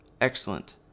excellent